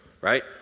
right